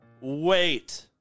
Wait